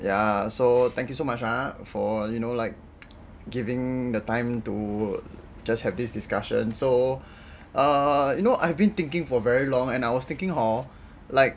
ya so thank you so much ah for you know like giving the time to just have this discussion so err you know I've been thinking for very long and I was thinking hor like